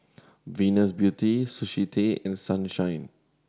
Venus Beauty Sushi Tei and Sunshine